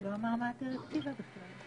הוא לא אמר מה הדירקטיבה בכלל.